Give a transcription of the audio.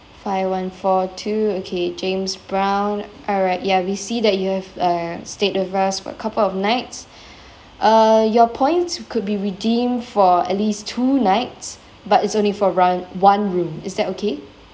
five one four two okay james brown alright ya we see that you have uh stayed with us for a couple of nights uh your points could be redeemed for at least two nights but it's only for one one room is that okay